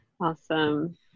Awesome